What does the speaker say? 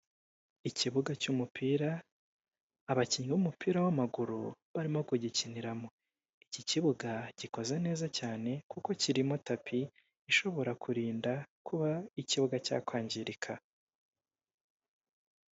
Ikibuga cy'umupira abakinnyi b'umupira w'amaguri barimo kugikiniramo, iki kibuga gikoze neza cyane kuko kirimo tapi ishobora kukirinda kuba ikibuga cyakwangirika.